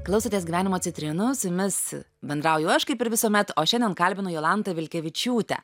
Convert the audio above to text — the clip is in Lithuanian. klausotės gyvenimo citrinų su jumis bendrauju aš kaip ir visuomet o šiandien kalbinu jolantą vilkevičiūtę